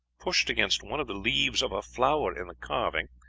pushed against one of the leaves of a flower in the carving,